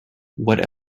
what